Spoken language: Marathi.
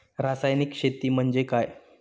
रासायनिक शेती म्हणजे काय?